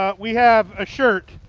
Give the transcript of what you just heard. ah we have a shirt,